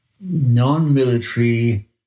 non-military